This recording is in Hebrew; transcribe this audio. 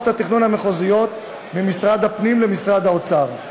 התכנון המחוזיות ממשרד הפנים למשרד האוצר.